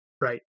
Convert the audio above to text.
Right